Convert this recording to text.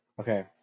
okay